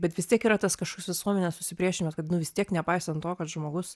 bet vis tiek yra tas kaškos visuomenės susipriešinimas kad nu vis tiek nepaisant to kad žmogus